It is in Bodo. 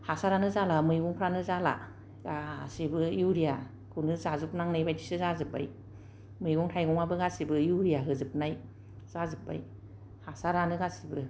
हासारानो जाला मैगंफ्रानो जाला गासैबो इउरियाखौनो जाजोबनांनाय बादिसो जाजोबबाय मैगं थाइगंआबो गासिबो इउरिया होजोबनाय जाजोब्बाय हासारानो गासिबो